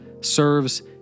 serves